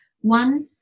One